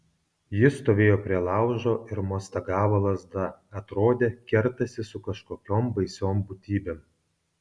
jis stovėjo prie laužo ir mostagavo lazda atrodė kertasi su kažkokiom baisiom būtybėm